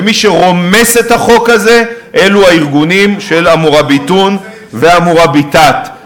ומי שרומס את החוק הזה אלו הארגונים של ה"מוראביטון" וה"מוראביטאת".